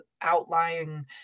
outlying